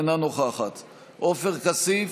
אינה נוכחת עופר כסיף,